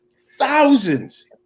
thousands